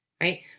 right